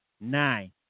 Nine